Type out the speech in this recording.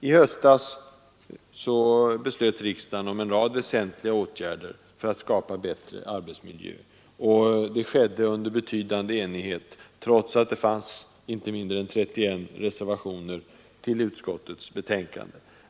I höstas beslöt riksdagen om en rad väsentliga åtgärder för att skapa bättre arbetsmiljö. Det skedde under betydande enighet, trots att inte mindre än 31 reservationer fanns fogade till utskottets betänkande.